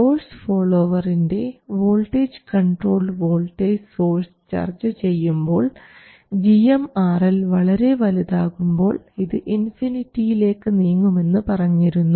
source ഫോളോവറിൻറെ voltage controlled voltage source ചർച്ച ചെയ്യുമ്പോൾ gmRL വളരെ വലുതാകുമ്പോൾ ഇത് ഇൻഫിനിറ്റിയിലേക്ക് നീങ്ങുമെന്ന് പറഞ്ഞിരുന്നു